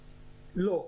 לא.